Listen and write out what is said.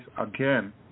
again